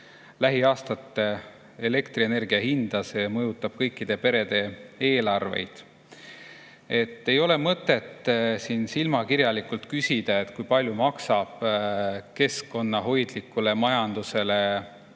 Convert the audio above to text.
lähiaastate elektrienergia hinda, see mõjutab kõikide perede eelarveid. Ei ole mõtet siin silmakirjalikult küsida, kui palju maksab keskkonnahoidlikule majandusele